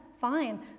fine